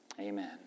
Amen